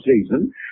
season